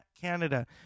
Canada